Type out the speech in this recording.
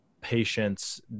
patients